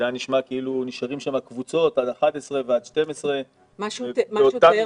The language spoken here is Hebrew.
היה נשמע כאילו נשארות שם קבוצות עד 11 ועד 12. מה שהוא תיאר,